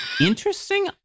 Interesting